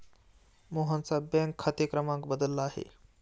मोहनचा बँक खाते क्रमांक बदलला आहे